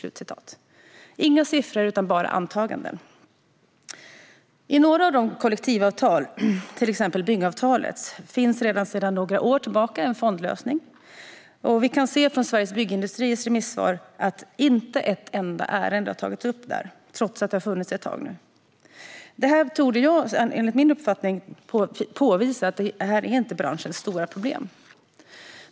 Vi får inga siffror utan bara antaganden. I några av kollektivavtalen, till exempel byggavtalet, finns det sedan några år tillbaka redan en fondlösning. I Sveriges Byggindustriers remissvar kan vi se att inte ett enda ärende har tagits upp där, trots att detta nu har funnits ett tag. Det torde enligt min uppfattning påvisa att det här inte är branschens stora problem.